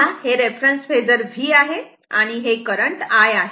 तेव्हा हे reference phasor V आहे आणि हे करंट I आहे